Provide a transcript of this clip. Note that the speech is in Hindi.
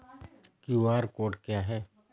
क्यू.आर कोड क्या है?